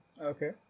okay